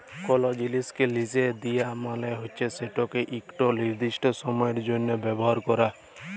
call জিলিসকে লিজে দিয়া মালে হছে সেটকে ইকট লিরদিস্ট সময়ের জ্যনহে ব্যাভার ক্যরা